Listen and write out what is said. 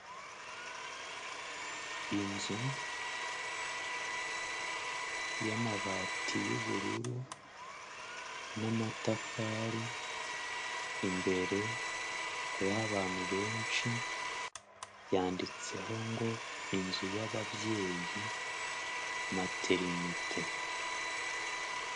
Inzu y'amabati y'ubururu n'amatafari, imbere hariho abantu benshi, yanditseho ngo inzu y'ababyeyi, materinite.